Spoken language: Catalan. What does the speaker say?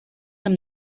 amb